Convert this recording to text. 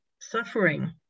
suffering